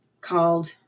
called